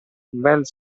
bel